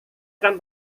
akan